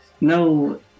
no